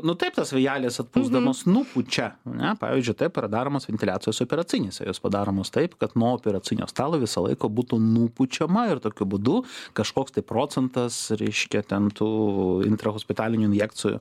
nu taip tas vėjelis atpūsdamas nupučia ane pavyzdžiui taip yra daromos ventiliacijos operacinėse jos padaromos taip kad nuo operacinio stalo visą laiką būtų nupučiama ir tokiu būdu kažkoks tai procentas reiškia tų intrahospitalinių injekcijų